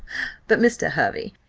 but, mr. hervey,